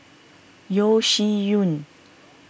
Yeo Shih Yun